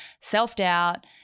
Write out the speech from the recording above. self-doubt